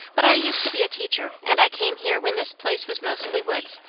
but i used to be a teacher, and i came here when this place was mostly woods,